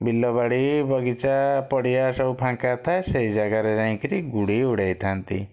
ବିଲବାଡ଼ି ବଗିଚା ପଡ଼ିଆ ସବୁ ଫାଙ୍କା ଥାଏ ସେଇ ଜାଗାରେ ଯାଇକିରି ଗୁଡ଼ି ଉଡ଼େଇଥାନ୍ତି